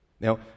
Now